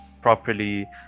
properly